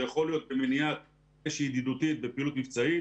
זה יכול להיות במניעת אש ידידותית בפעילות מבצעית,